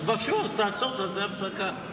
תעצור, תעשה הפסקה.